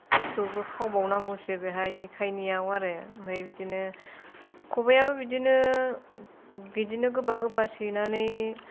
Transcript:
खिथुबो खावबावनांगौसो बेहाय जेखाइनियाव आरो ओमफाय बिदिनो खबायाबो बिदिनो बिदिनो गोबा गोबा सैनानै